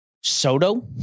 Soto